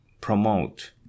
promote